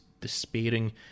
despairing